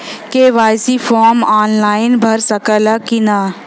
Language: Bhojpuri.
के.वाइ.सी फार्म आन लाइन भरा सकला की ना?